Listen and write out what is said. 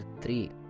three